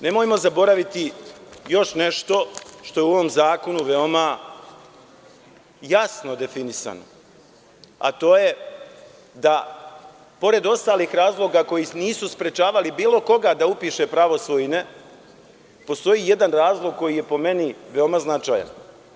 Nemojmo zaboraviti još nešto što je u ovom zakonu veoma jasno definisano, a to je da pored ostalih razloga koji nisu sprečavali bilo koga da upiše pravo svojine postoji jedan razlog koji je po meni veoma značajan.